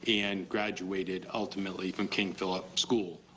and graduated ultimately from king phillip school,